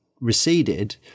receded